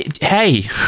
hey